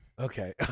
Okay